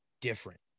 different